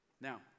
Now